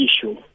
issue